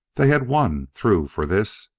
they had won through for this.